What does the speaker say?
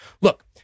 Look